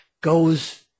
goes